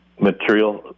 material